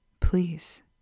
Please